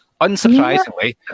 unsurprisingly